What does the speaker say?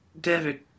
David